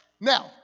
Now